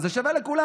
אז זה שווה לכולם.